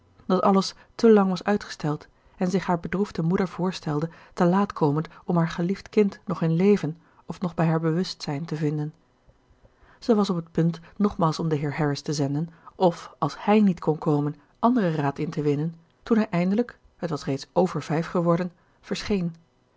dat alles te lang was uitgesteld en zich haar bedroefde moeder voorstelde telaat komend om haar geliefd kind nog in leven of nog bij haar bewustzijn te vinden zij was op het punt nogmaals om den heer harris te zenden of als hij niet kon komen anderen raad in te winnen toen hij eindelijk het was reeds over vijf geworden verscheen